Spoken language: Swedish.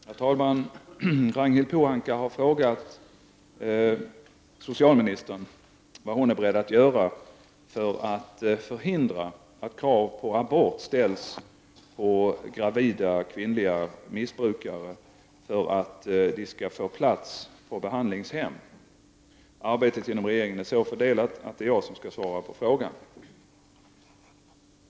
Herr talman! Ragnhild Pohanka har frågat socialministern vad hon är beredd att göra för att förhindra att krav på abort ställs på gravida missbrukare för att de skall få plats på behandlingshem. Arbetet inom regeringen är så fördelat att det är jag som skall svara på frågan.